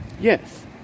Yes